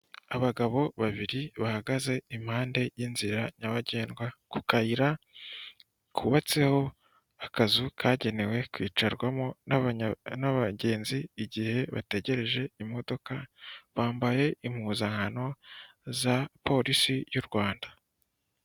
Abagabo babiri bahagaze impande y'inzira nyabagendwa, ku kayira kubabatseho akazu kagenewe kwicarwamo n'abagenzi igihe bategereje imodoka, bambaye impuzankano za polisi y'u Rwanda.